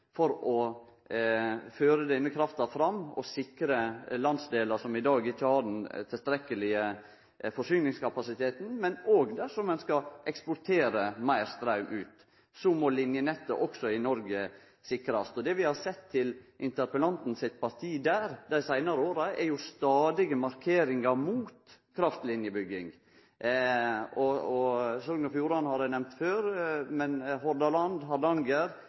for å føre krafta fram og sikre landsdelar som i dag ikkje har den tilstrekkelege forsyningskapasiteten. Dersom ein skal eksportere meir straum ut, må linjenettet òg i Noreg sikrast. Det vi har sett i interpellanten sitt parti på det området dei seinare åra, er stadige markeringar mot kraftlinjebygging. Sogn og Fjordane har eg nemnt før, men òg Hordaland – Hardanger.